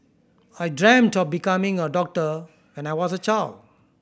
I dreamt of becoming a doctor when I was a child